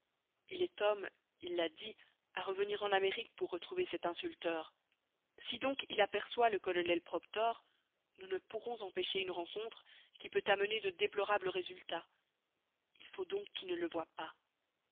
il est homme il l'a dit à revenir en amérique pour retrouver cet insulteur si donc il aperçoit le colonel proctor nous ne pourrons empêcher une rencontre qui peut amener de déplorables résultats il faut donc qu'il ne le voie pas